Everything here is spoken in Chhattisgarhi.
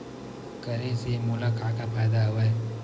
करे से मोला का का फ़ायदा हवय?